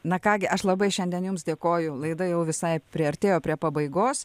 na ką gi aš labai šiandien jums dėkoju laida jau visai priartėjo prie pabaigos